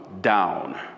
down